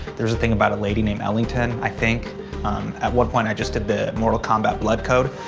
there is a thing about a lady named ellington, i think. at one point i just did the mortal kombat blood code.